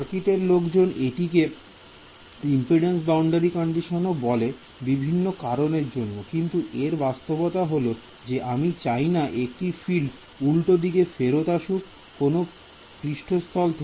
circuit এর লোকজন এটিকে ইম্পিডেন্স বাউন্ডারি কন্ডিশন ও বলে বিভিন্ন কারণের জন্য কিন্তু এর বাস্তবতা হল যে আমি চাইনা একটি ফিল্ড উল্টো দিকে ফেরত আসুক কোন পৃষ্ঠতল থেকে